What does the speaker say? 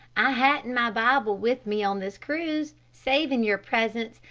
i hadn't my bible with me on this cruise, savin' yer presence,